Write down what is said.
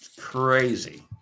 crazy